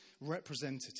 representative